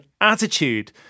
attitude